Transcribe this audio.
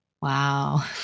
Wow